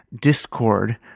Discord